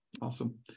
Awesome